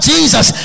Jesus